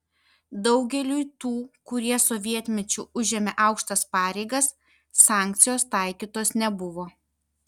daugeliui tų kurie sovietmečiu užėmė aukštas pareigas sankcijos taikytos nebuvo